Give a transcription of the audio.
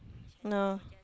no